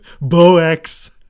Bo-X